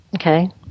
Okay